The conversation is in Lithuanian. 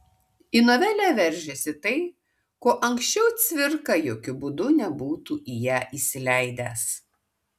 į novelę veržiasi tai ko anksčiau cvirka jokiu būdu nebūtų į ją įsileidęs